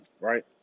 right